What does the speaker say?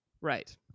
Right